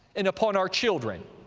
and upon our children.